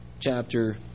Chapter